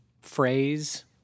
phrase